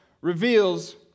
reveals